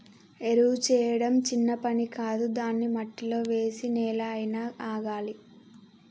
ఎరువు చేయడం చిన్న పని కాదు దాన్ని మట్టిలో వేసి నెల అయినా ఆగాలి